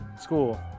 school